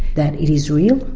that it is real,